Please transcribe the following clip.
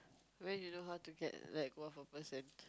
why do you know how to get like what for person